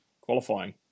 qualifying